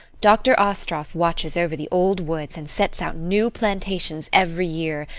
dr. astroff watches over the old woods and sets out new plantations every year,